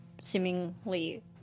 seemingly